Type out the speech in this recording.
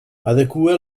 adequa